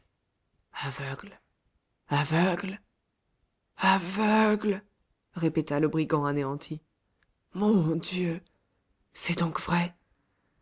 aveugle aveugle aveugle répéta le brigand anéanti mon dieu c'est donc vrai